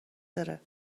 داره